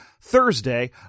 Thursday